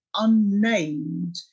unnamed